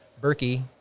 Berkey